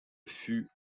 fut